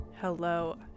Hello